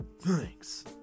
Thanks